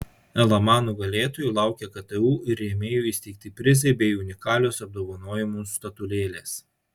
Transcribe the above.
lma nugalėtojų laukia ktu ir rėmėjų įsteigti prizai bei unikalios apdovanojimų statulėlės